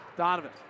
Donovan